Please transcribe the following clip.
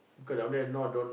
cause down there now don't